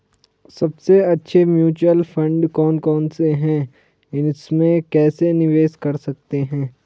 सबसे अच्छे mutual fund कौन कौनसे हैं इसमें कैसे निवेश कर सकते हैं?